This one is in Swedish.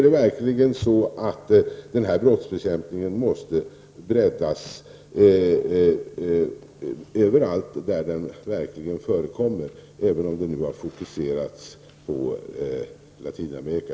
Den här brottsbekämpningen måste breddas överallt där narkotikasyndikat förekommer, även om problemet i första hand har fokuserats till Latinamerika.